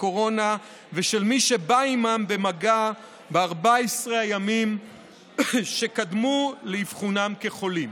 הקורונה ושל מי שבא עימם במגע ב-14 הימים שקדמו לאבחונם כחולים.